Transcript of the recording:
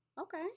Okay